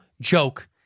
joke